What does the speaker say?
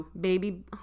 baby